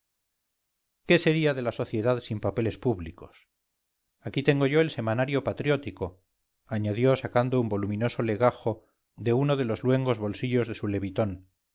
qué sería de la sociedad sin papeles públicos aquí tengo yo el semanario patriótico añadió sacando un voluminoso legajo de uno de los luengos bolsillos de su levitón que